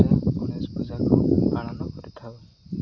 ଗଣେଶ ପୂଜାକୁ ପାଳନ କରିଥାଉ